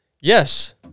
yes